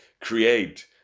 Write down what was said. create